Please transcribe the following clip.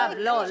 לא,